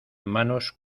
manos